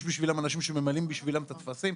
יש אנשים שממלאים בשבילם את הטפסים.